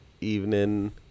evening